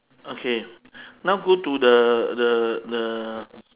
okay now go to the the the